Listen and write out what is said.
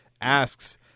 asks –